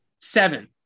Seven